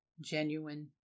genuine